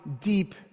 deep